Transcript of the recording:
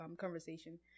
conversation